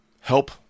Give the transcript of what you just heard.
help